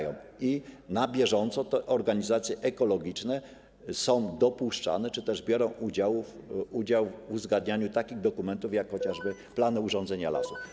I na bieżąco te organizacje ekologiczne są dopuszczane czy też biorą udział w uzgadnianiu takich dokumentów jak chociażby plany urządzenia lasu.